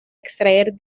extraer